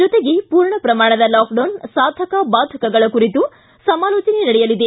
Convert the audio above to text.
ಜೊತೆಗೆ ಮೂರ್ಣ ಪ್ರಮಾಣದ ಲಾಕ್ಡೌನ್ ಸಾಧಕ ಬಾಧಕ ಕುರಿತು ಸಮಾಲೋಚನೆ ನಡೆಯಲಿದೆ